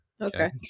Okay